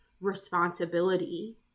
responsibility